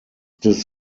des